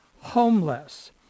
homeless